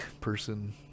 person